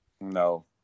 No